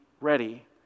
ready